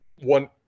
one